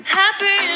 happy